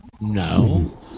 No